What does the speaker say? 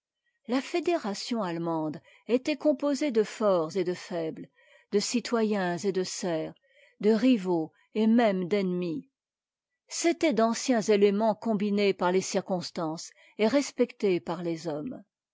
la fédération allemande était composée de forts et de faibtes de citoyens et de serfs de rivaux et même d'ennemis c'étaient d'anciens éléments combinés par les circonstances et respectés par les hommes